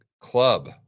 club